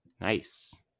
Nice